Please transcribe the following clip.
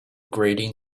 grating